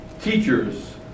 teachers